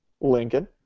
Lincoln